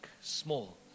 small